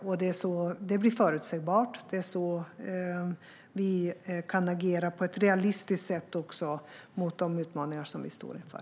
Det är på så vis det blir förutsägbart, och det är så vi på ett realistiskt sätt kan agera också gentemot de utmaningar vi står inför.